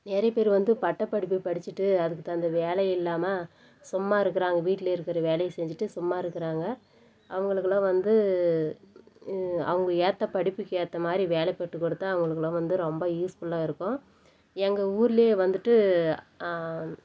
நிறையப் பேர் வந்து பட்டப்படிப்பு படிச்சுட்டு அதுக்கு தகுந்த வேலை இல்லாமல் சும்மா இருக்கிறாங்க வீட்டிலே இருக்கிற வேலையை செஞ்சுட்டு சும்மா இருக்கிறாங்க அவங்களுக்குலாம் வந்து அவங்க ஏற்ற படிப்புக்கேற்ற மாதிரி வேலை போட்டு கொடுத்தா அவங்களுக்குலாம் வந்து ரொம்ப யூஸ்ஃபுல்லாக இருக்கும் எங்கள் ஊரிலே வந்துட்டு